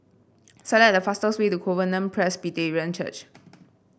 select the fastest way to Covenant Presbyterian Church